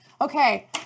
Okay